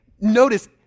notice